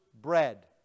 bread